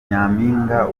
nyampinga